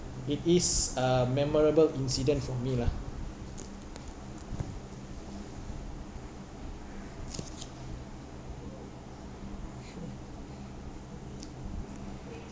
it is a memorable incident for me lah